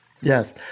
Yes